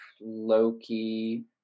loki